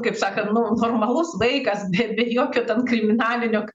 kaip sakant nu normalus vaikas be be jokio ten kriminalinio